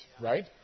right